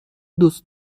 دوست